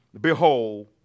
Behold